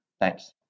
thanks